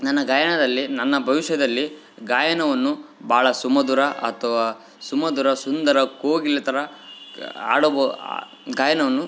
ನನ್ನ ಗಾಯನದಲ್ಲಿ ನನ್ನ ಭವಿಷ್ಯದಲ್ಲಿ ಗಾಯನವನ್ನು ಭಾಳ ಸುಮುಧುರ ಅಥ್ವಾ ಸುಮಧುರ ಸುಂದರ ಕೋಗಿಲೆ ಥರ ಕ ಆಡಬೊ ಗಾಯನವನ್ನು